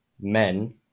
men